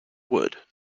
wood